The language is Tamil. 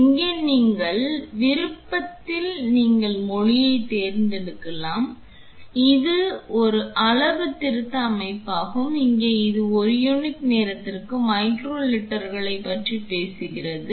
இங்கே இந்த விருப்பத்தில் நீங்கள் மொழியைத் தேர்ந்தெடுக்கலாம் இது ஒரு அளவுத்திருத்த அமைப்பாகும் இங்கே இது ஒரு யூனிட் நேரத்திற்கு மைக்ரோ லிட்டர்களைப் பற்றி பேசுகிறது